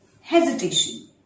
hesitation